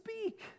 speak